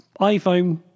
iPhone